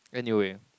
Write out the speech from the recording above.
anyway